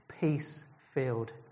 peace-filled